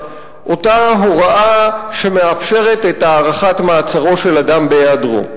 אותה הוראה שמאפשרת את הארכת מעצרו של אדם בהיעדרו.